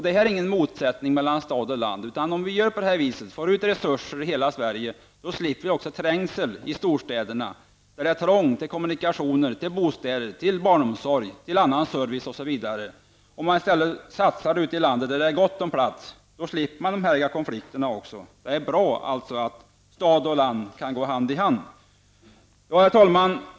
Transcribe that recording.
Det här är ingen motsättning mellan stad och land. Om vi för ut resurser till hela Sverige, slipper vi också trängsel i storstäderna, där det är trångt i fråga om kommunikationer, bostäder, barnomsorg, annan service osv. Om man satsade ute i landet, där det är gott om plats, skulle man slippa en massa konflikter. Det är alltså bra att stad och land kan gå hand i hand. Herr talman!